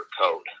code